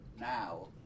now